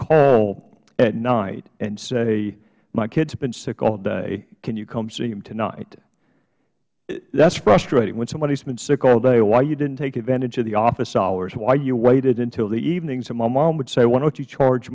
call at night and say my kid has been sick all day can you come see him tonight that is frustrating when somebody has been sick all day why you didn't take advantage of the office hours why you waited until the evening and my mom would say why don't you charge